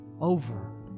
over